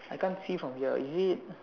I can't see from here is it